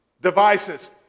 devices